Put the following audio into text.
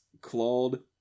clawed